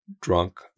drunk